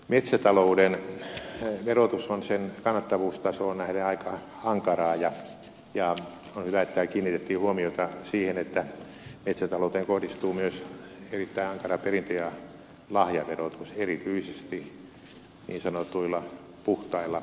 metsätalouden verotus on sen kannattavuustasoon nähden aika ankaraa ja on hyvä että täällä kiinnitettiin huomiota siihen että metsätalouteen kohdistuu myös erittäin ankara perintö ja lahjaverotus erityisesti niin sanotuilla puhtailla metsätiloilla